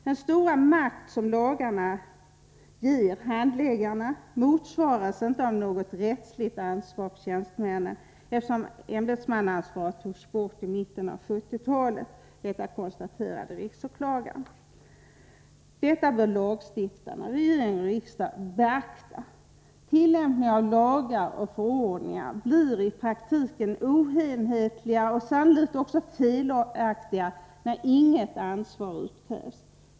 Den stora makt som lagarna ger handläggarna motsvaras inte av något rättsligt ansvar för tjänstemännen, eftersom ämbetsmannaansvaret togs bort i mitten av 1970-talet, konstaterade riksåklagaren. Detta bör lagstiftarna — regering och riksdag — beakta. Tillämpningen av lagar och förordningar blir i praktiken oenhetligare och sannolikt också felaktigare, när inget ansvar utkrävs.